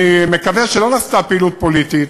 אני מקווה שלא נעשתה פעילות פוליטית,